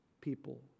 people